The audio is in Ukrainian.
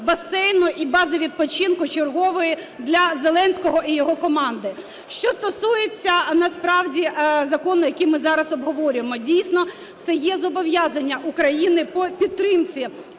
басейну і бази відпочинку чергової для Зеленського і його команди. Що стосується насправді закону, який ми зараз обговорюємо. Дійсно, це є зобов'язання України по підтримці